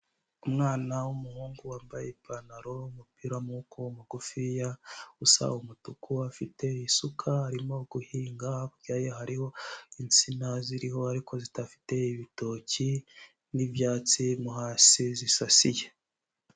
Umwana w'umuhungu wambaye ipantaro, umupira wamaboko magufiya, usa n'umutuku, afite isuka arimo guhinga, hakurya ye hariho insina ziriyo, ariko zidafite ibitoki n'ibyatsi hasi zisasiye.